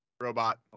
Robot